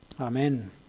Amen